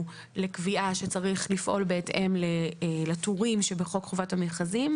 לקביעה שצריך לפעול בהתאם לטורים שבחוק חובת המכרזים,